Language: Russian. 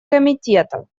комитета